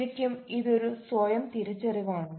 ശരിക്കും ഇത് ഒരു സ്വയം തിരിച്ചറിവാണോ